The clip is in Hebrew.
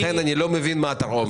לכן אני לא מבין מה התרעומת.